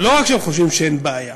לא רק שהם חושבים שאין בעיה,